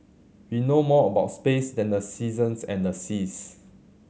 we know more about space than the seasons and the seas